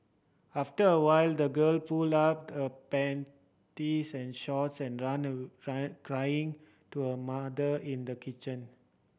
after a while the girl pulled up her panties and shorts and ran ran crying to her mother in the kitchen